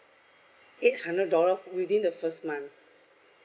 eight hundred dollar within the first month